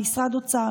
משרד האוצר,